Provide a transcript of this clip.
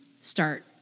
start